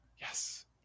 Yes